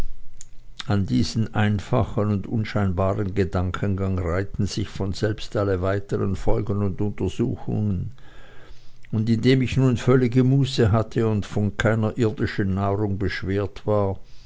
an diesen einfachen und unscheinbaren gedankengang reihen sich von selbst alle weiteren folgen und untersuchungen und indem ich nun völlige muße hatte und von keiner irdischen nahrung beschwert war